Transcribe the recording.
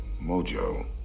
mojo